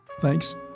Thanks